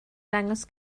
dangos